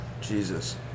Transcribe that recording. Jesus